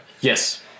Yes